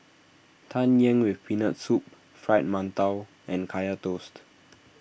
Tang Yuen with Peanut Soup Fried Mantou and Kaya Toast